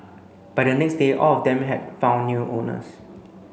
by the next day all of them had found new owners